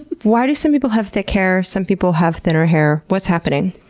why do some people have thick hair? some people have thinner hair. what's happening?